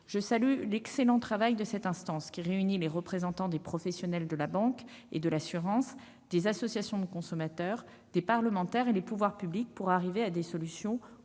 Je salue l'excellent travail de cette instance, qui réunit des représentants des professionnels de la banque et de l'assurance, des associations de consommateurs, des parlementaires et les pouvoirs publics, pour arriver à des solutions